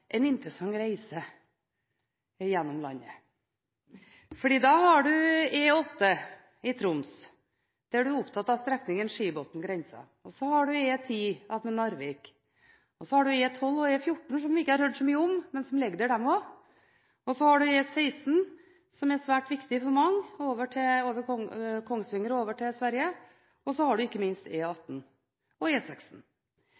en interessant reise gjennom landet, for du har E8 i Troms, der du er opptatt av strekningen Skibotn–grensen. Så har du E10 ved Narvik og E12 og E14, som vi ikke har hørt så mye om, men som også ligger der. Du har E16, som er svært viktig for mange – over Kongsvinger og til Sverige – og du har ikke minst E18 og E6. Det er veldig mange strekninger mellom Norge og Sverige av stor betydning – både for persontransporten og ikke minst